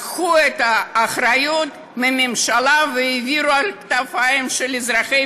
לקחו את האחריות מהממשלה והעבירו לכתפיים של אזרחי